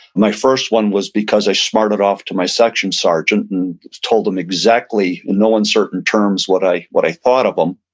my first one was because i smarted off to my section sergeant and told him exactly in no uncertain terms what i what i thought of him.